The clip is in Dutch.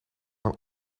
een